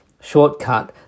shortcut